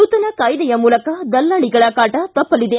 ನೂತನ ಕಾಯ್ದೆಯ ಮೂಲಕ ದಲ್ಲಾಳಿಗಳ ಕಾಟ ಕಪ್ಪಲಿದೆ